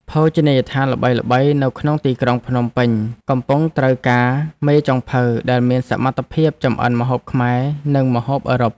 ភោជនីយដ្ឋានល្បីៗនៅក្នុងទីក្រុងភ្នំពេញកំពុងត្រូវការមេចុងភៅដែលមានសមត្ថភាពចម្អិនម្ហូបខ្មែរនិងម្ហូបអឺរ៉ុប។